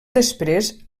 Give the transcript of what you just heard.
després